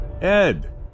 Ed